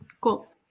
Cool